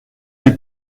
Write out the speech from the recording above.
rue